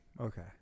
Okay